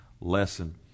lesson